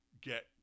get